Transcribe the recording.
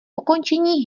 ukončení